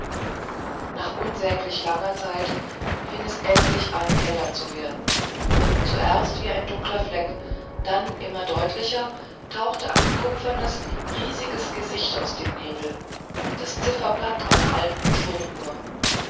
nach unsäglich langer zeit fing es endlich an heller zu werden und zuerst wie ein dunkler fleck dann immer deutlicher tauchte ein kupfernes riesiges gesicht aus dem nebel das zifferblatt einer alten turmuhr